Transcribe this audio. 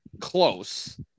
close